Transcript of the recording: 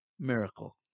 Miracle